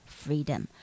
freedom